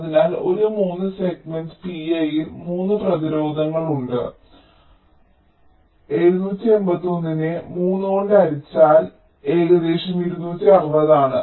അതിനാൽ ഒരു 3 segment Pi യിൽ 3 പ്രതിരോധങ്ങൾ ഉണ്ട് 781 നെ 3 കൊണ്ട് ഹരിച്ചാൽ ഏകദേശം 260 ആണ്